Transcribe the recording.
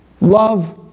love